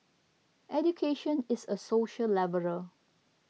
education is a social leveller